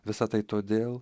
visa tai todėl